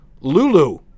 lulu